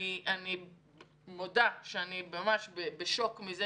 אני מודה שאני ממש בשוק מזה